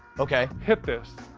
okay. hit this,